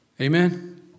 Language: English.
Amen